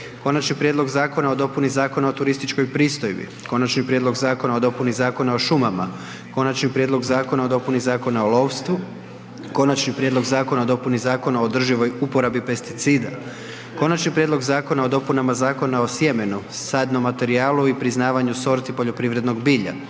Konačni prijedlog Zakona o dopuni Zakona o turističkoj pristojbi - Konačni prijedlog Zakona o dopuni Zakona o šumama - Konačni prijedlog Zakona o dopuni Zakona o lovstvu - Konačni prijedlog Zakona o dopuni Zakona o održivoj uporabi pesticida - Konačni prijedlog Zakona o dopunama Zakona o sjemenu, sadnom materijalu i priznavanju sorti poljoprivrednog bilja